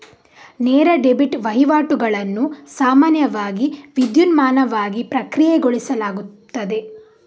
ನೇರ ಡೆಬಿಟ್ ವಹಿವಾಟುಗಳನ್ನು ಸಾಮಾನ್ಯವಾಗಿ ವಿದ್ಯುನ್ಮಾನವಾಗಿ ಪ್ರಕ್ರಿಯೆಗೊಳಿಸಲಾಗುತ್ತದೆ